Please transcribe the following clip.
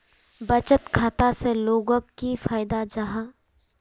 बचत खाता से लोगोक की फायदा जाहा?